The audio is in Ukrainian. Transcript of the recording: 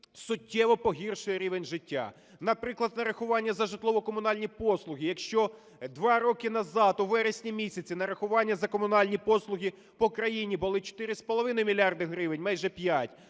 суттєво погіршує рівень життя. Наприклад, нарахування за житлово-комунальні послуги, якщо два роки назад у вересні місяці нарахування за комунальні послуги по країні були 4,5 мільярда гривень, майже 5,